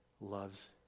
loves